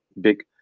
big